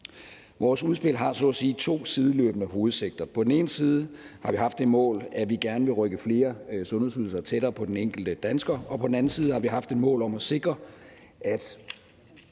Vores udspil har så at sige to sideløbende hovedsigter. På den ene side har vi haft det mål, at vi gerne vil rykke flere sundhedsydelser tættere på den enkelte dansker. Og på den anden side har vi haft et mål om at styrke